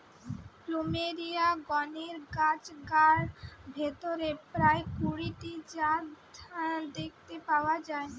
plumeria গণের গাছগার ভিতরে প্রায় কুড়ি টি জাত দেখতে পাওয়া যায়